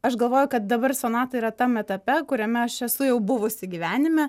aš galvoju kad dabar sonata yra tam etape kuriame aš esu jau buvusi gyvenime